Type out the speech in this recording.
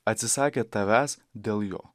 atsisakė tavęs dėl jo